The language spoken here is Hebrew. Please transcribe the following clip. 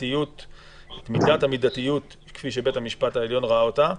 המידתיות כפי שבית המשפט העליון ראה אותה.